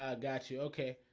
got you. okay.